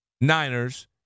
Niners